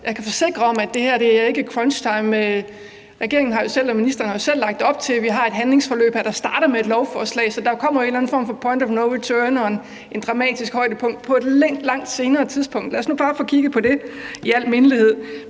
Jeg kan forsikre om, at det her ikke er crunch time, men regeringen og ministeren har jo selv lagt op til, at vi her har et handlingsforløb, der starter med et lovforslag, så der kommer jo en eller anden form for point of no return og et dramatisk højdepunkt på et langt senere tidspunkt. Lad os nu bare få kigget på det i al mindelighed.